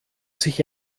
sich